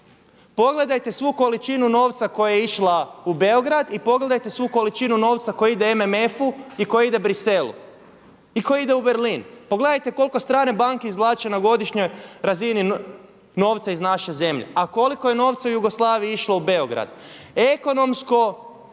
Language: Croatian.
Pogledajte svu količinu novca koja je išla u Beograd i pogledajte svu količinu novca koja ide MMF i koja ide Bruxellesu i koja ide u Berlin. Pogledajte koliko strane banke izvlače na godišnjoj razini novca iz naše zemlje, a koliko je novca Jugoslaviji išlo u Beograd. Ekonomsko